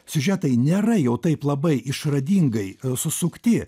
siužetai nėra jau taip labai išradingai susukti